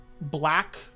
black